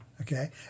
Okay